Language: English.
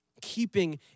keeping